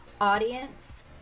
Audience